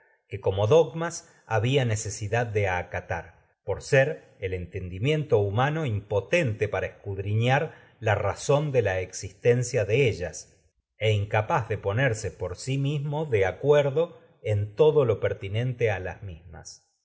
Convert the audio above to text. que como dog había de acatar por ser el enten para dimiento humano impotente de escudriñar la poner razón déla existencia se ellas e incapaz de en por sí mismo de acuerdo todo lo pertinente a las mismas